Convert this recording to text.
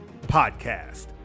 Podcast